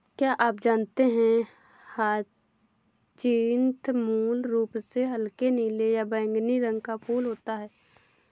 क्या आप जानते है ह्यचीन्थ मूल रूप से हल्के नीले या बैंगनी रंग का फूल होता है